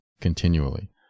continually